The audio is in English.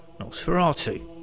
Nosferatu